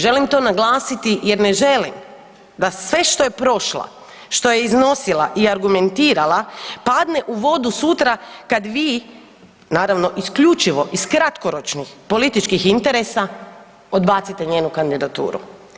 Želim to naglasiti jer ne želim da sve što je prošla, što je iznosila i argumentirala padne u vodu sutra kada vi, naravno isključivo iz kratkoročnih političkih interesa odbacite njenu kandidaturu.